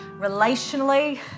relationally